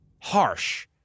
harsh